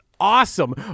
awesome